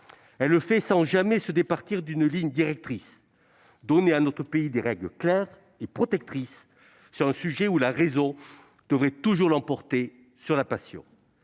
Elle le fait sans jamais se départir d'une ligne directrice : donner à notre pays des règles claires et protectrices sur un sujet où la raison devrait toujours l'emporter sur la passion.